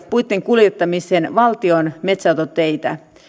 puitten kuljettamiseen käytetään valtion metsänhoitoteitä